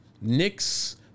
Knicks